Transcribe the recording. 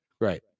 right